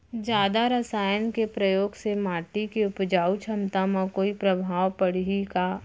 जादा रसायन के प्रयोग से माटी के उपजाऊ क्षमता म कोई प्रभाव पड़ही का?